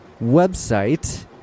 website